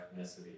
ethnicity